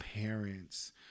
parents